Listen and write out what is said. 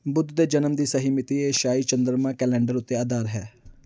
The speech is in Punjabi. ਬੁੱਧ ਦੇ ਜਨਮ ਦੀ ਸਹੀ ਮਿਤੀ ਏਸ਼ੀਆਈ ਚੰਦਰਮਾ ਕੈਲੰਡਰ ਉੱਤੇ ਅਧਾਰ ਹੈ